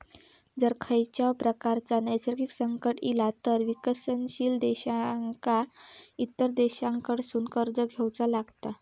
जर खंयच्याव प्रकारचा नैसर्गिक संकट इला तर विकसनशील देशांका इतर देशांकडसून कर्ज घेवचा लागता